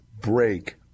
break